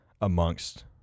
amongst